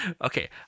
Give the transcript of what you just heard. Okay